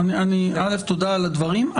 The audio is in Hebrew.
תודה על הדברים.